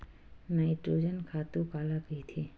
Nitrogen खातु काला कहिथे?